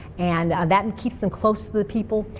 and that and keeps them close to the people.